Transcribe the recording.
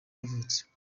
yavutse